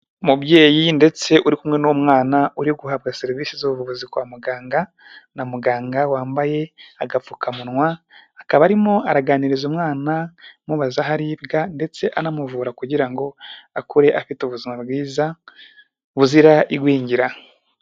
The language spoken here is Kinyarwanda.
Umubyeyi ndetse uri kumwe n'umwana uri guhabwa serivisi z'ubuvuzi kwa muganga, na muganga wambaye agapfukamunwa akaba arimo araganiriza umwana amubaza aho aribwa ndetse anamuvura kugira ngo akure afite ubuzima bwiza buzira igwingira.